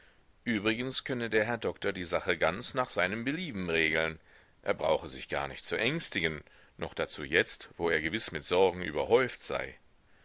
übrigens könne der herr doktor die sache ganz nach seinem belieben regeln er brauche sich gar nicht zu ängstigen noch dazu jetzt wo er gewiß mit sorgen überhäuft sei